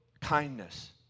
kindness